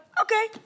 okay